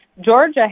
Georgia